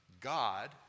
God